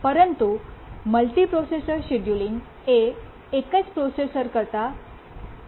પરંતુ multiprocessor scheduling એ એક જ પ્રોસેસર કરતા વધુ મુશ્કેલ સમસ્યા છે